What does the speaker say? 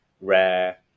rare